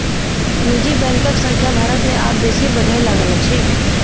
निजी बैंकक संख्या भारत मे आब बेसी बढ़य लागल अछि